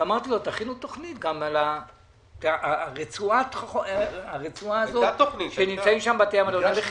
ואמרתי לו שיכינו תוכנית לגבי הרצועה בה נמצאים בתי המלון.